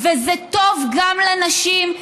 וזה טוב גם לנשים,